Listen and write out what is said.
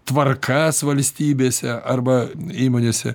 tvarkas valstybėse arba įmonėse